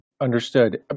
Understood